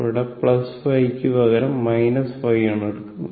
ഇവിടെ ϕ ക്കു പകരം ϕ ആണ് എടുക്കുന്നത്